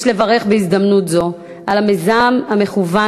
יש לברך בהזדמנות זו על המיזם המקוון